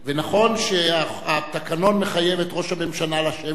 נכון שהתקנון מחייב את ראש הממשלה לשבת,